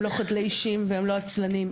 הם לא חדלי אישים והם לא עצלנים,